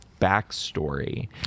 backstory